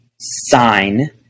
sign